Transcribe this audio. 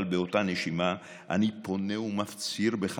אבל באותה נשימה אני פונה ומפציר בך